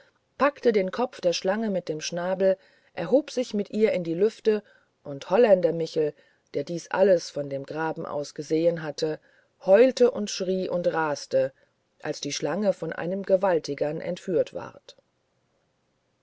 packte den kopf der schlange mit dem schnabel erhob sich mit ihr in die lüfte und holländer michel der dies alles von dem graben aus gesehen hatte heulte und schrie und raste als die schlange von einem gewaltigern entführt ward